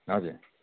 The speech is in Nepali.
हजुर